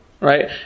right